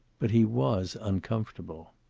but he was uncomfortable.